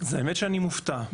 אז האמת שאני מופתע.